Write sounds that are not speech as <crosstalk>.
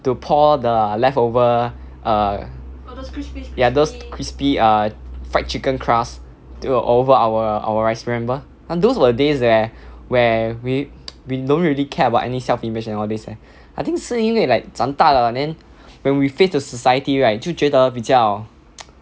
to pour the leftover err ya those crispy err fried chicken crust to over our our rice remember those were the days where where we <noise> we don't really care about any self image and all this leh I think 是因为 like 长大了 then when we face the society right 就觉得比较 <noise>